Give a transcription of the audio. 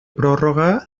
pròrroga